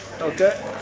okay